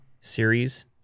series